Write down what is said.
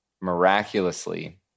miraculously